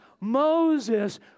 Moses